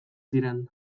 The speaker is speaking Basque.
ziren